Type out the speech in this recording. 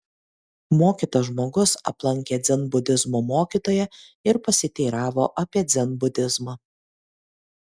mokytas žmogus aplankė dzenbudizmo mokytoją ir pasiteiravo apie dzenbudizmą